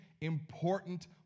important